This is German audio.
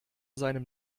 seinem